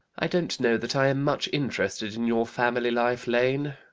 i don't know that i am much interested in your family life, lane.